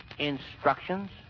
Instructions